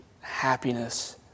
happiness